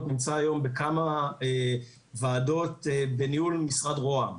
נמצא היום בכמה ועדות בניהול משרד רוה"מ.